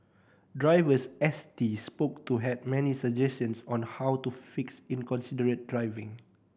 drivers S T spoke to had many suggestions on how to fix inconsiderate driving